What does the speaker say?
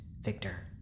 Victor